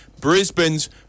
Brisbane's